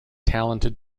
talented